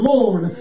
Lord